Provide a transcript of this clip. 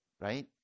right